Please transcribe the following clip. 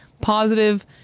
positive